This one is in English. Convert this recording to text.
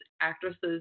actresses